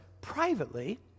privately